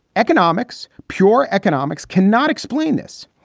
economics, pure economics cannot explain this.